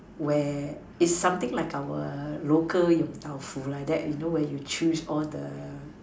where it's something like our local Yong-Tau-Foo like that you know where you choose all the